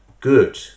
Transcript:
good